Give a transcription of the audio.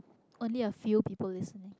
only a few people listening